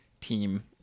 team